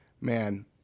man